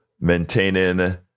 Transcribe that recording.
maintaining